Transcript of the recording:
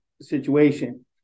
situation